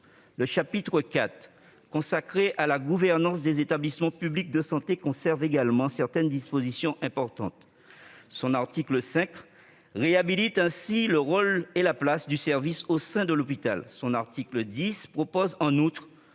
Le chapitre IV, consacré à la gouvernance des établissements publics de santé, conserve également certaines dispositions importantes. L'article 5 réhabilite ainsi le rôle et la place du service au sein de l'hôpital. L'article 10 prévoit en outre